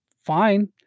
Fine